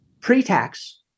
pre-tax